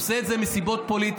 הוא עושה את זה מסיבות פוליטיות.